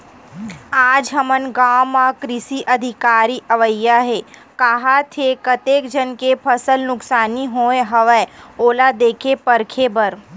आज हमर गाँव म कृषि अधिकारी अवइया हे काहत हे, कतेक झन के फसल नुकसानी होय हवय ओला देखे परखे बर